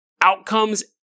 outcomes